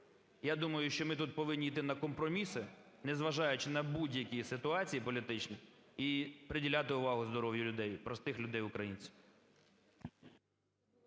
Я думаю, що ми тут повинні йти на компроміси, не зважаючи на будь-які ситуації політичні, і приділяти увагу здоров'ю людей, простих людей-українців.